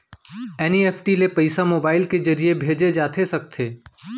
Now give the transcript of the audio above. NEFT ले पइसा mobile के ज़रिए भेजे जाथे सकथे?